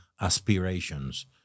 aspirations